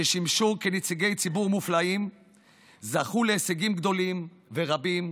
ששימשו נציגי ציבור מופלאים וזכו להישגים גדולים ורבים